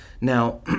Now